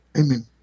Amen